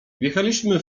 wjechaliśmy